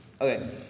Okay